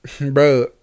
Bro